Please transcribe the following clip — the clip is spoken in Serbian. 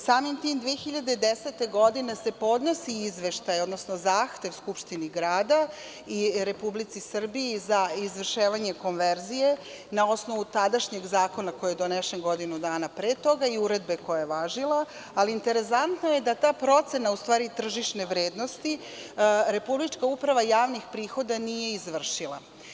Samim tim, 2010. godine se podnosi izveštaj, odnosno zahtev Skupštini Grada i Republici Srbiji za izvršenje konverzije na osnovu tadašnjeg zakona koji je donesen godinu dana pre i Uredbe koja je važila, ali interesantno je da tu procenu tržišne vrednosti Republička uprava javnih prihoda nije izvršila.